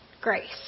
grace